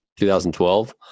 2012